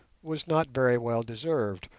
was not very well deserved,